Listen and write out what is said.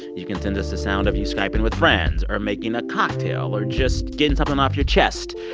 you can send us the sound of you skyping with friends or making a cocktail or just getting something off your chest.